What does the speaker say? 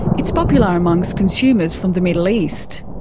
it's popular amongst consumers from the middle east.